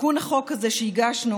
התיקון לחוק הזה שהגשנו,